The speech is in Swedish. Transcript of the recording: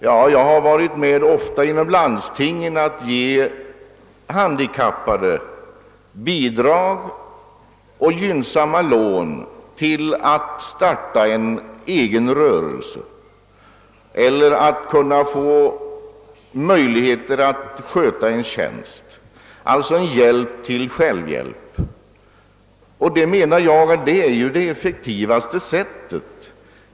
Ja, jag har ofta varit med inom landstinget att ge handikappade bidrag och gynnsamma lån till att starta en egen rörelse eller att kunna få möjligheter att sköta en tjänst. En hjälp till självhjälp alltså, och det menar jag är det effektivaste sättet.